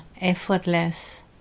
effortless